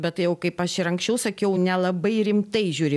bet tai jau kaip aš ir anksčiau sakiau nelabai rimtai žiūri